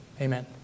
Amen